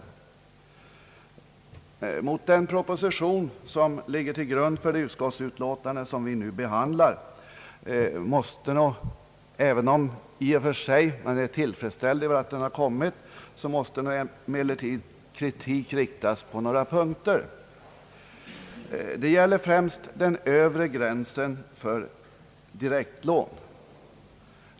Även om jag vill uttala min tillfredsställelse med den proposition som ligger till grund för det utskottsutlåtande som vi nu behandlar måste jag rikta viss kritik mot några punkter i den. Det gäller främst den övre gränsen för direktlån.